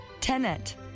Tenet